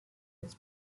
its